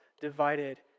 divided